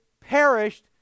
perished